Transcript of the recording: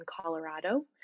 Colorado